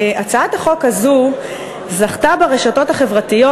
הצעת החוק הזו זכתה ברשתות החברתיות